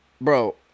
bro